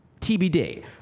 TBD